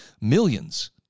Millions